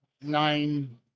nine